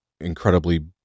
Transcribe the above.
incredibly